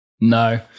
No